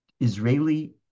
Israeli